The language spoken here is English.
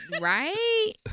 Right